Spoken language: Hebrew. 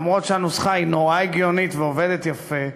למרות שהנוסחה היא נורא הגיונית ועובדת יפה,